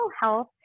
health